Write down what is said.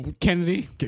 Kennedy